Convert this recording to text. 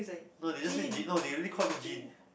no they just say G no they already call me Jin